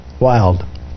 Wild